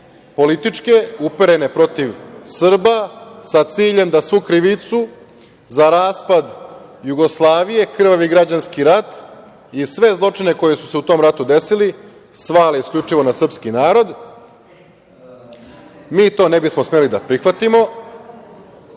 političke, uperene protiv Srba, sa ciljem da svu krivicu za raspad Jugoslavije, krvavi građanski rat i sve zločine koji su se u tom ratu desili, svale isključivo na srpski narod. Mi to ne bismo smeli da prihvatimo,